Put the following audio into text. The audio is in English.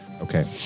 Okay